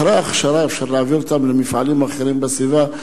אחרי ההכשרה אפשר להעביר אותם למפעלים אחרים בסביבה.